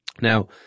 Now